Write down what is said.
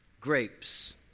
grapes